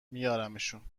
میارمشون